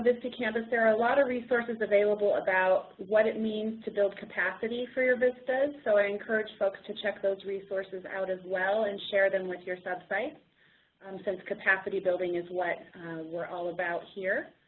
vista campus there are a lot of resources available about what it means to build capacity for your vistas, so i encourage folks to check those resources out as well and share them with your sub-sites since capacity building is what we're all about here.